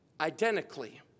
identically